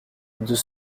deux